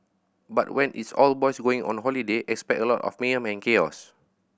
but when it's all boys going on holiday expect a lot of mayhem and chaos